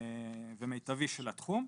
ומיטבי של התחום.